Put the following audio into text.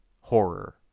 horror